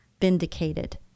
vindicated